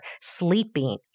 sleeping